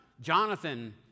Jonathan